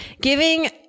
giving